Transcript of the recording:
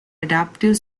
adaptive